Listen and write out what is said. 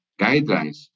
guidelines